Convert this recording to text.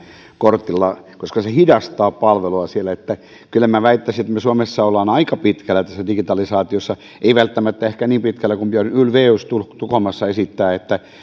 kortilla koska se hidastaa palvelua siellä niin että kyllä minä väittäisin että me suomessa olemme aika pitkällä tässä digitalisaatiossa emme välttämättä ehkä niin pitkällä kuin mitä björn ulvaeus tukholmassa esittää että